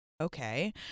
Okay